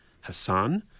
Hassan